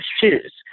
shoes